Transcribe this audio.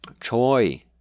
Choi